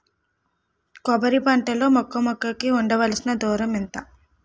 కొబ్బరి పంట లో మొక్క మొక్క కి ఉండవలసిన దూరం ఎంత